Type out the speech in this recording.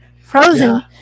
frozen